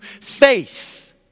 faith